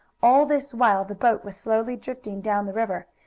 all this while the boat was slowly drifting down the river,